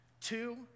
two